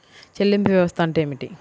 చెల్లింపు వ్యవస్థ అంటే ఏమిటి?